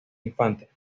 infantes